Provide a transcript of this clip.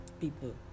people